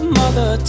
mother